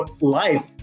life